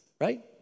right